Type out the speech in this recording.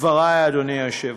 בהמשך דברי, אדוני היושב-ראש.